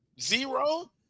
zero